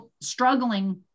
struggling